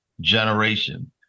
generation